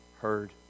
heard